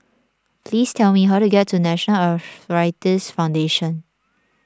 please tell me how to get to National Arthritis Foundation